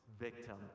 victim